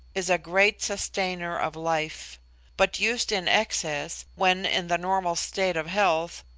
is a great sustainer of life but used in excess, when in the normal state of health,